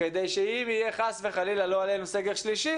כדי שאם יהיה חס וחלילה, לא עלינו, סגר שלישי